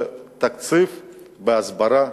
שהתקציב להסברה,